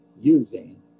using